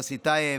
יוסי טייב,